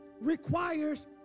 requires